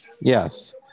Yes